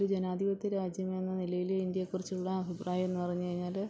ഒരു ജനാധിപത്യ രാജ്യമെന്ന നിലയിൽ ഇന്ത്യയെ കുറിച്ചുള്ള അഭിപ്രായമെന്നു പറഞ്ഞു കഴിഞ്ഞാൽ